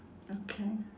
okay